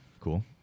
cool